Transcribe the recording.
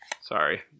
Sorry